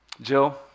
Jill